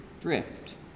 drift